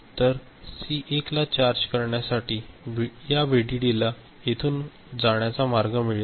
तर सी1 ला चार्ज करण्यासाठी या व्हीडीडीला येथून जाण्याचा मार्ग मिळेल